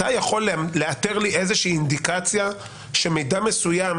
אתה יכול לאתר לי איזושהי אינדיקציה שמידע מסוים